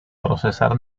procesar